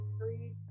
three